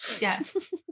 Yes